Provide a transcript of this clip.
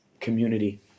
community